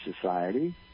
society